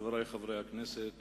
חברי חברי הכנסת,